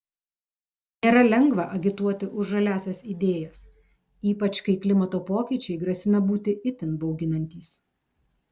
nėra lengva agituoti už žaliąsias idėjas ypač kai klimato pokyčiai grasina būti itin bauginantys